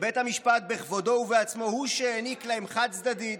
" שבית המשפט בכבודו ובעצמו הוא שהעניק להם (חד-צדדית,